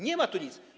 Nie ma tu nic.